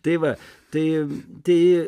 tai va tai tai